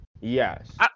Yes